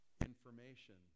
information